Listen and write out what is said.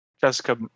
Jessica